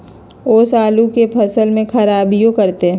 ओस आलू के फसल के खराबियों करतै?